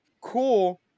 cool